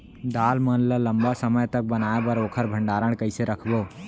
दाल मन ल लम्बा समय तक बनाये बर ओखर भण्डारण कइसे रखबो?